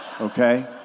Okay